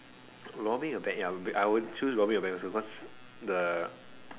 robbing a bank ya I would choose robbing a bank also cause the